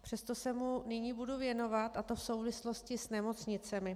Přesto se mu nyní budu věnovat, a to v souvislosti s nemocnicemi.